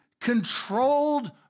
controlled